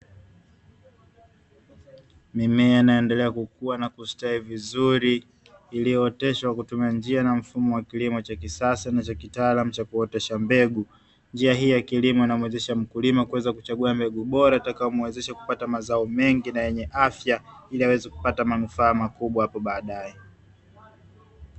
Mimea inayo endelea kukua na kustawi vizuri iliyo oteshwa kwa kutumia njia ya mfumo wa kilimo cha kisasa na kitaalmu cha kuotesha mbegu, njia hii ya kilimo inamuwezesha mkulima kuweza kuchagua mbegu bora itakayo muwezesha kupata mazao mengi na yenye afya ili awezekupata manufaa makubwa hapo baadae.